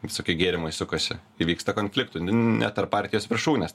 visokie gėrimai sukasi įvyksta konfliktų ne tarp partijos viršūnės